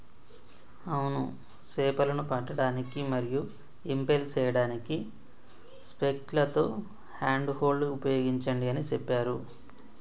అవును సేపలను పట్టడానికి మరియు ఇంపెల్ సేయడానికి స్పైక్లతో హ్యాండ్ హోల్డ్ ఉపయోగించండి అని సెప్పారు